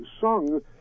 sung